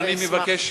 אני מבקש,